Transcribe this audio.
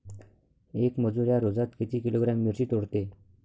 येक मजूर या रोजात किती किलोग्रॅम मिरची तोडते?